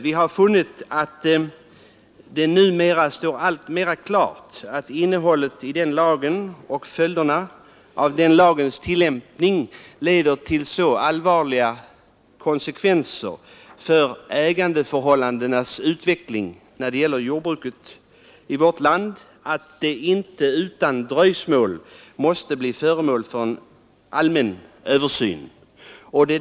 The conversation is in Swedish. Vi har funnit att det numera står alltmera klart att innehållet i jordförvärvslagen och dess tillämpning leder till så allvarliga konsekvenser för ägandeförhållandenas utveckling inom jordbruket i vårt land att lagen utan dröjsmål måste bli föremål för en allmän översyn.